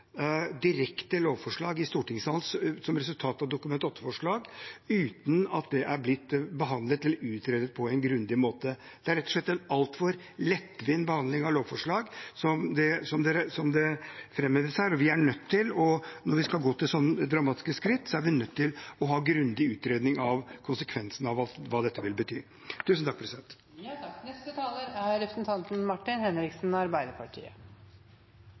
direkte lovforslag, i stortingssalen som resultat av Dokument 8-forslag uten at det er blitt behandlet eller utredet på en grundig måte. Det er rett og slett en altfor lettvint behandling av lovforslag, som det framheves her, og vi er nødt til, når vi skal gå til sånne dramatiske skritt, å ha grundig utredning av konsekvensene av hva det vil bety. Vold mot politiet er uakseptabelt, og det må det slås hardt ned på. Politiet er